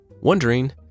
Wondering